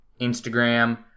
Instagram